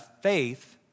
faith